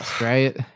right